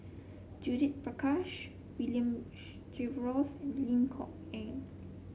Judith Prakash William Jervois and Lim Kok Ann